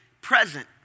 present